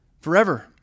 forever